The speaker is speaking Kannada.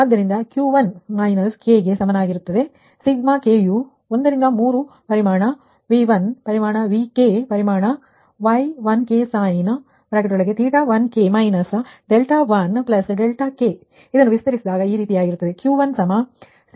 ಆದ್ದರಿಂದ Q1 ಮೈನಸ್ k ಗೆ ಸಮಾನವಾಗಿರುತ್ತದೆ ಸಿಗ್ಮಾ k ಯು 1 ರಿಂದ 3 ಪ್ರಮಾಣ V1 ಪ್ರಮಾಣ Vk ಪ್ರಮಾಣ Y1ksin𝛉1k 𝛿1𝛿k ಇದನ್ನು ವಿಸ್ತರಿಸಿದಾಗ ಈ ರೀತಿಯಾಗಿ ಇರುತ್ತದೆ